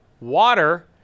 water